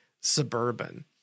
Suburban